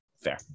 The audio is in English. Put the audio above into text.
fair